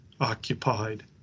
occupied